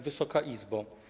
Wysoka Izbo!